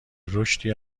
رشدی